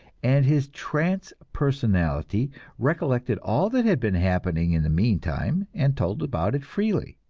and his trance personality recollected all that had been happening in the meantime and told about it freely.